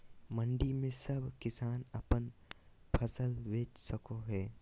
मंडी में सब किसान अपन फसल बेच सको है?